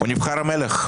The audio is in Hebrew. יש יועץ ויש יועצת.